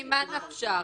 ממה נפשך?